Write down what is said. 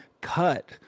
cut